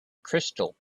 crystal